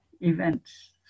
events